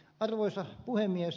arvoisa puhemies